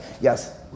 Yes